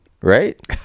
right